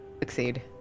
succeed